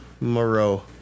Moreau